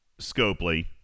Scopely